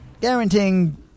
guaranteeing